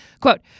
Quote